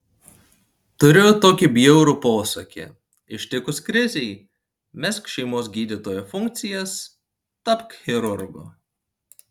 turiu tokį bjaurų posakį ištikus krizei mesk šeimos gydytojo funkcijas tapk chirurgu